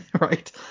Right